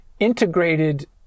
integrated